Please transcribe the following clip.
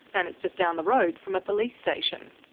and it's just down the road from a police station.